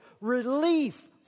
Relief